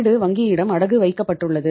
வீடு வங்கியிடம் அடகு வைக்கப்பட்டுள்ளது